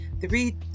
three